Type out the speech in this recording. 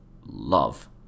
love